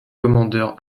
commandeur